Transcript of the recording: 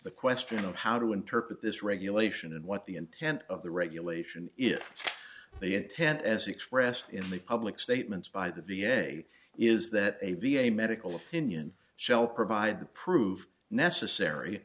the question of how to interpret this regulation and what the intent of the regulation is the intent as expressed in the public statements by the v a is that a b a medical opinion shall provide the prove necessary